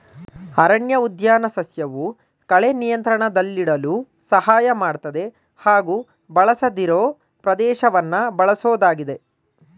ಅರಣ್ಯಉದ್ಯಾನ ಸಸ್ಯವು ಕಳೆ ನಿಯಂತ್ರಣದಲ್ಲಿಡಲು ಸಹಾಯ ಮಾಡ್ತದೆ ಹಾಗೂ ಬಳಸದಿರೋ ಪ್ರದೇಶವನ್ನ ಬಳಸೋದಾಗಿದೆ